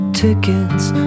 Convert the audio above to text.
tickets